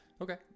Okay